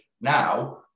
now